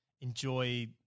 enjoy